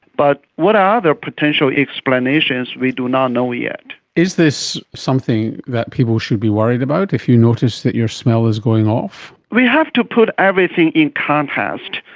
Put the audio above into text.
but what are the potential explanations, we do not know yet. is this something that people should be worried about, if you notice that your smell is going off? we have to put everything in context.